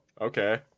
okay